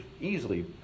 easily